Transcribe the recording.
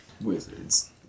Wizards